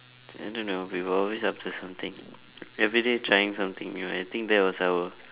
I don't know we were always up to something everyday trying something new I think that was our